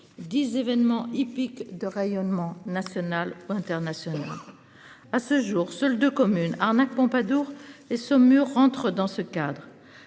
10 événement hippique de rayonnement national ou international. À ce jour, seules 2 communes arnaque Pompadour et Saumur rentre dans ce cadre,